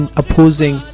opposing